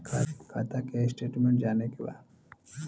खाता के स्टेटमेंट जाने के बा?